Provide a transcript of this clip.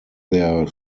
their